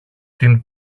την